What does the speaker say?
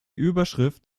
überschrift